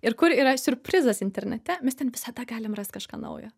ir kur yra siurprizas internete mes ten visada galim rast kažką naujo